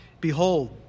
Behold